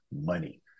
money